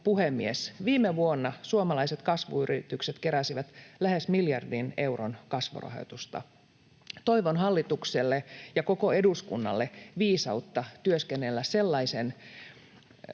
Viime vuonna suomalaiset kasvuyritykset keräsivät lähes miljardi euroa kasvurahoitusta. Toivon hallitukselle ja koko eduskunnalle viisautta työskennellä sellaisen